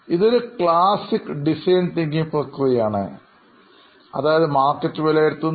ഇതൊരു classic design thinking പ്രക്രിയയാണ് അതായത് മാർക്കറ്റ് വിലയിരുത്തുന്നു